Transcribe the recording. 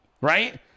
right